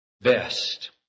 best